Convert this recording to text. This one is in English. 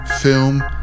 film